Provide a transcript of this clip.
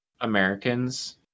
Americans